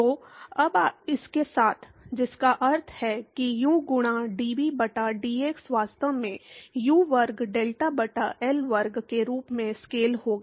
तो अब इसके साथ जिसका अर्थ है कि u गुणा dv बटा dx वास्तव में U वर्ग डेल्टा बटा L वर्ग के रूप में स्केल होगा